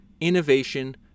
innovation